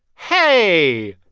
hey.